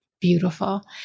beautiful